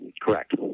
Correct